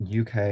UK